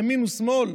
ימין ושמאל,